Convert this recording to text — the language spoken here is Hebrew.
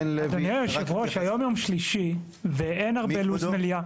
חן לוי --- אתה יודע היו"ר היום יום שלישי ואין לוח זמנים מלא במליאה,